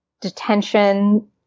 detention